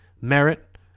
merit